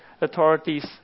authorities